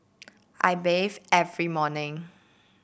I bathe every morning